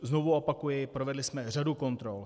Znovu opakuji, provedli jsme řadu kontrol.